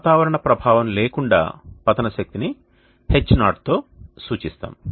వాతావరణం ప్రభావం లేకుండా పతన శక్తిని Ho తో సూచిస్తాము